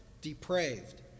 depraved